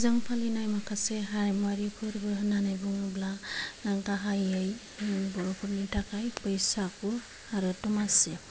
जों फालिनाय माखासे हारिमुवारि फोरबो होन्नानै बुङोब्ला गाहायै जों बर' फोरनि थाखाय बैसागु आरो दमासि